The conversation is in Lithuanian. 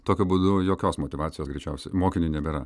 tokiu būdu jokios motyvacijos greičiausiai mokiniui nebėra